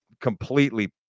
completely